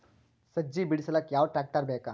ಸಜ್ಜಿ ಬಿಡಿಸಿಲಕ ಯಾವ ಟ್ರಾಕ್ಟರ್ ಬೇಕ?